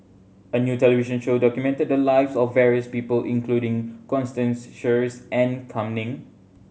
a new television show documented the lives of various people including Constance Sheares and Kam Ning